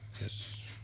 yes